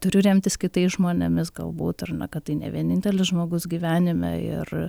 turiu remtis kitais žmonėmis galbūt ar na kad tai ne vienintelis žmogus gyvenime ir